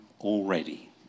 already